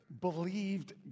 believed